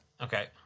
Okay